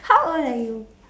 how old are you